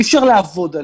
אי אפשר לעבוד עלינו,